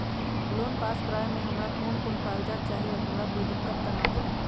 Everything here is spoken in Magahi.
लोन पास करवावे में हमरा कौन कौन कागजात चाही और हमरा कोई दिक्कत त ना होतई?